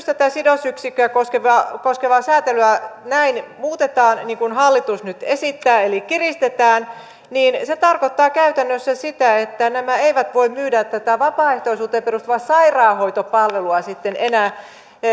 tätä sidosyksikköä koskevaa koskevaa säätelyä näin muutetaan niin kuin hallitus nyt esittää eli kiristetään niin se tarkoittaa käytännössä sitä että nämä eivät voi myydä tätä vapaaehtoisuuteen perustuvaa sairaanhoitopalvelua sitten enää